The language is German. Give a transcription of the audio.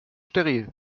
steril